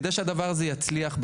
כדי שהדבר הזה יצליח,